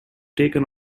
taken